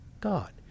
God